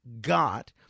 got